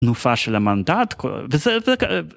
נופה של המנדט, וזה כאלה.